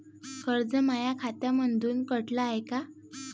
कर्ज माया खात्यामंधून कटलं हाय का?